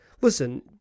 Listen